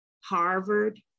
Harvard